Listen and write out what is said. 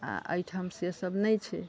आ एहिठाम से सभ नहि छै